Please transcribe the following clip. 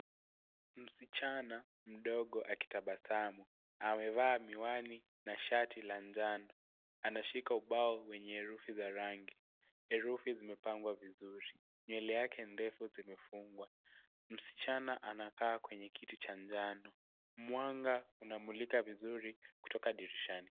Msichana mdogo akitabasamu. Amevaa miwani na shati la njano. Anashika ubao wenye herufi za rangi. Herufi zimepangwa vizuri. Nywele yake ndefu zimefungwa. Msichana anakaa kwenye kiti cha njano. Mwanga unamulika vizuri kutoka dirishani.